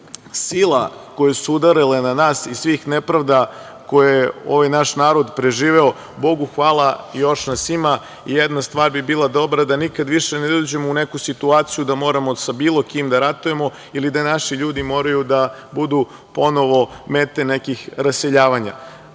sila koje su udarile na nas i svih nepravda koje ovaj naš narod preživeo, Bogu hvala još nas ima, jedna stvar bi bila dobra, da nikad više ne dođemo u neku situaciju da moramo sa bilo kim da ratujemo ili da naši ljudi moraju da budu ponovo mete nekih preseljavanja.